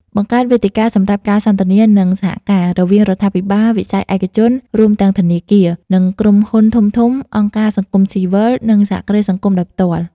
បង្កើតវេទិកាសម្រាប់ការសន្ទនា និងសហការ រវាងរដ្ឋាភិបាល វិស័យឯកជន រួមទាំងធនាគារ និងក្រុមហ៊ុនធំៗ អង្គការសង្គមស៊ីវិល និងសហគ្រាសសង្គមដោយផ្ទាល់ ។